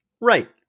Right